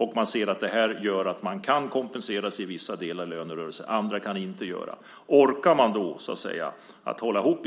Om man ser att man kan kompensera sig i vissa delar i lönerörelsen, medan andra inte kan göra det, orkar man då att hålla ihop